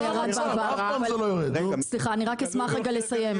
צריך להוריד את מחיר